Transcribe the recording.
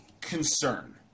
concern